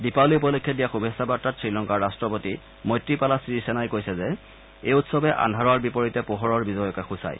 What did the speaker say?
দীপাৱলী উপলক্ষে দিয়া শুভেচ্ছা বাৰ্তাত শ্ৰীলংকাৰ ৰাষ্ট্ৰপতি মৈত্ৰীপালা ছিৰিছেনাই কৈছে যে এই উৎসৱে আন্ধাৰৰ বিপৰীতে পোহৰৰ বিজয়কে সূচায়